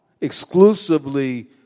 exclusively